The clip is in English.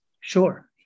Sure